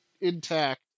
intact